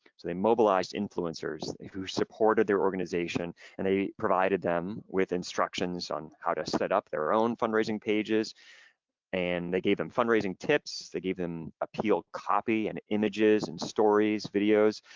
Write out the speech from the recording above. they mobilized influencers who supported their organization and they provided them with instructions on how to set up their own fundraising pages and they gave him fundraising tips, they gave them appeal, copy and images and stories, videos,